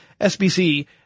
SBC